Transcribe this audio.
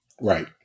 right